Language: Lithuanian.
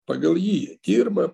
pagal jį jie dirba